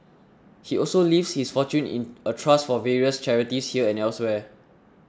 he also leaves his fortune in a trust for various charities here and elsewhere